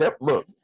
Look